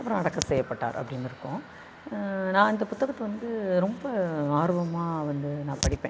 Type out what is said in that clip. அப்புறம் அடக்கம் செய்யப்பட்டார் அப்படினு இருக்கும் நான் அந்த புத்தகத்தை வந்து ரொம்ப ஆர்வமாக வந்து நான் படிப்பேன்